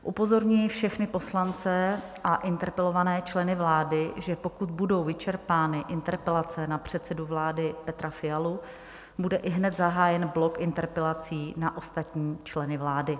Upozorňuji všechny poslance a interpelované členy vlády, že pokud budou vyčerpány interpelace na předsedu vlády Petra Fialu, bude ihned zahájen blok interpelací na ostatní členy vlády.